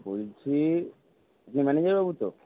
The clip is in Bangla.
বলছি আপনি ম্যানেজারবাবু তো